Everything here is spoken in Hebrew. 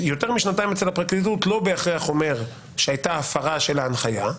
יותר משנתיים אצל הפרקליטות לא בהכרח אומר שהייתה הפרה של ההנחיה.